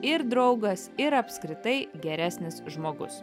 ir draugas ir apskritai geresnis žmogus